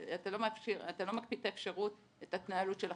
אתה לא מקפיא את ההתנהלות של החשבון.